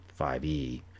5e